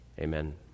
Amen